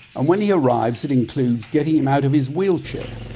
and when he arrives it includes getting him out of his wheelchair.